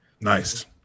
Nice